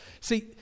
See